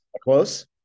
Close